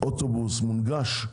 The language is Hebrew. אוטובוס מונגש,